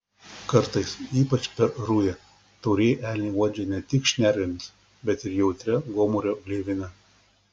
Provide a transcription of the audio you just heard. kartais ypač per rują taurieji elniai uodžia ne tik šnervėmis bet ir jautria gomurio gleivine